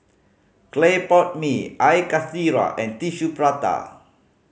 clay pot mee Air Karthira and Tissue Prata